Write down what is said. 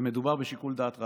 ומדובר בשיקול דעת רחב.